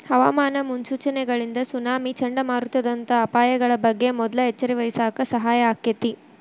ಹವಾಮಾನ ಮುನ್ಸೂಚನೆಗಳಿಂದ ಸುನಾಮಿ, ಚಂಡಮಾರುತದಂತ ಅಪಾಯಗಳ ಬಗ್ಗೆ ಮೊದ್ಲ ಎಚ್ಚರವಹಿಸಾಕ ಸಹಾಯ ಆಕ್ಕೆತಿ